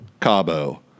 Cabo